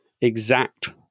exact